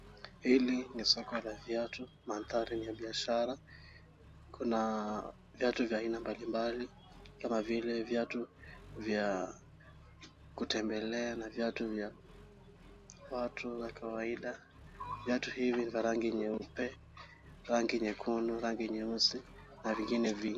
Hili ni soko la viatu maandhari ni ya biashara. Kuna viatu vya aina mbalimbali kama vile viatu vya kutembelea na viatu vya watu wa kawaida. Viatu hivi ni vya rangi nyeupe, rangi nyekundu, rangi nyeusi na vingine vingi.